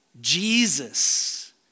Jesus